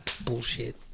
Bullshit